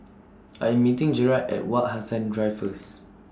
I'm meeting Jerad At Wak Hassan Drive First